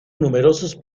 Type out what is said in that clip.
numerosos